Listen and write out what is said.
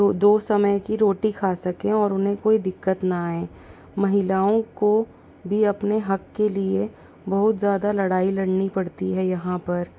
दो समय की रोटी खा सकें और उन्हें कोई दिक्कत न आए महिलाओं को भी अपने हक़ के लिए बहुत ज़्यादा लड़ाई लड़नी पड़ती है यहाँ पर